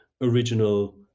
original